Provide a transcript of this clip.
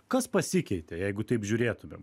kas pasikeitė jeigu taip žiūrėtumėm